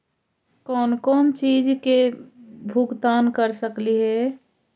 कौन कौन चिज के भुगतान कर सकली हे?